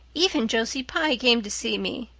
even josie pye came to see me.